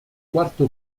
quarto